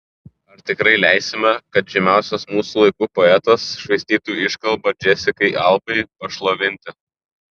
ar tikrai leisime kad žymiausias mūsų laikų poetas švaistytų iškalbą džesikai albai pašlovinti